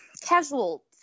casual